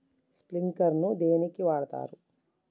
Sprinkler ను దేనికి వాడుతరు?